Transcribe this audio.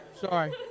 Sorry